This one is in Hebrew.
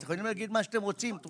אתם יכולים להגיד מה שאתם רוצים אבל